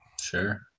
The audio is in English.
Sure